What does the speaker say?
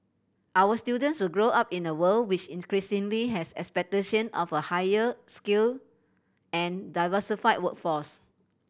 our students will grow up in a world which increasingly has expectation of a higher skilled and diversified workforce